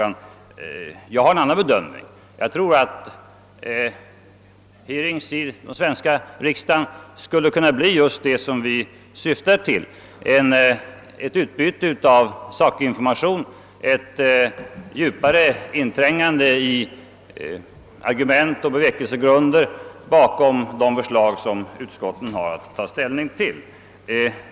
Jag har emellertid en annan bedömning, ty jag tror att hearings i den svenska riksdagen skulle kunna bli just det som vi syftar till, ett utbyte av saklig information och ett djupare inträngande i argument och bevekelsegrunder bakom de förslag som utskotten har att ta ställning till.